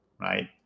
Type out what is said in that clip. right